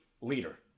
leader